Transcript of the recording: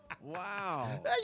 Wow